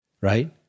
right